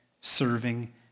serving